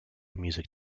music